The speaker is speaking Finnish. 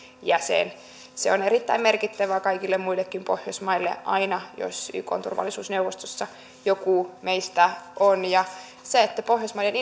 jäsen se on erittäin merkittävää kaikille muillekin pohjoismaille aina jos ykn turvallisuusneuvostossa joku meistä on ja myös pohjoismaiden